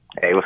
Hey